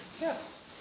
Yes